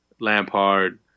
Lampard